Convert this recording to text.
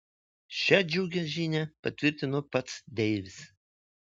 šią džiugią žinią patvirtino pats deivis